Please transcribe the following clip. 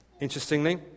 Interestingly